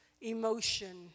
emotion